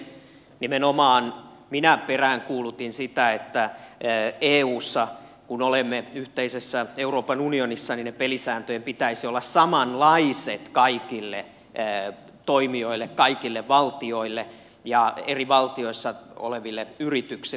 nimenomaan minä peräänkuulutin sitä että eussa kun olemme yhteisessä euroopan unionissa niiden pelisääntöjen pitäisi olla samanlaiset kaikille toimijoille kaikille valtioille ja eri valtioissa oleville yrityksille